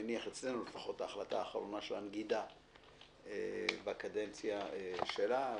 אצלנו לפחות זו ההחלטה האחרונה של הנגידה בקדנציה שלה.